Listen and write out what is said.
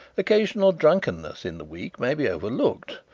occasional drunkenness in the week may be overlooked,